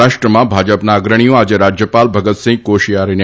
મહારાષ્ટ્રમાં ભાજપના અગ્રણીઓ આજે રાજ્યપાલ ભગતસિંહ કોષિયારીને